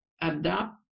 adapt